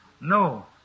No